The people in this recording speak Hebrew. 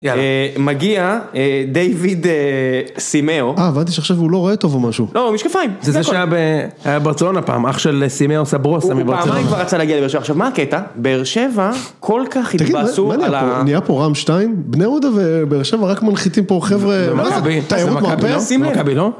מגיע דייוויד סימאו. אה, הבנתי שעכשיו הוא לא רואה טוב או משהו. לא, הוא עם משקפיים. זה זה שהיה בברצלונה פעם, אח של סימאו סברוס. הוא פעמיים כבר רצה להגיע לבאר שבע, עכשיו מה הקטע? באר שבע כל כך התבאסו על ה... תגיד מה נהיה פה? נהיה פה רם שתיים? בני יהודה ובאר שבע רק מנחיתים פה, חבר'ה? מה זה, תיירות מרפא?